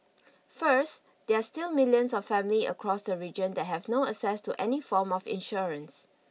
first there are still millions of families across the region that have no access to any form of insurance